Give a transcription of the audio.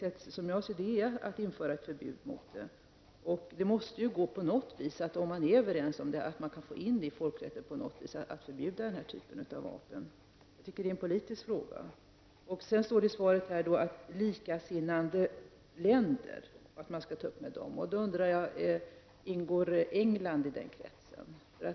Ett sätt är att införa ett förbud mot användande av plastkulor. Om man är överens måste det på något sätt gå att få in ett sådant förbud i de folkrättsliga reglerna. Det är en politisk fråga. Utrikesministern nämnde att man skall ta upp frågan med ''likasinnade länder''. Då undrar jag: Ingår England i den kretsen?